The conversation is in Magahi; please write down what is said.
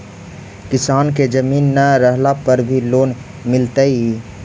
किसान के जमीन न रहला पर भी लोन मिलतइ?